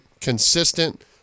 Consistent